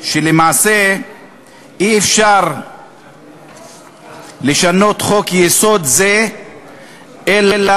שלמעשה אי-אפשר לשנות חוק-יסוד זה אלא